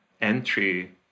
entry